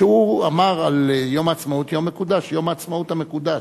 שאמר על יום העצמאות: יום העצמאות המקודש.